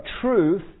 Truth